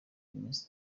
iminsi